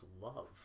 love